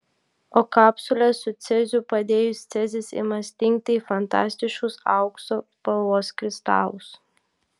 o kapsulę su ceziu padėjus cezis ima stingti į fantastiškus aukso spalvos kristalus